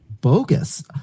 bogus